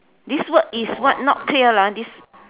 this word is what not clear lah this